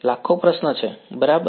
લાખો પ્રશ્ન છે બરાબર